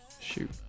Shoot